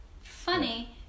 funny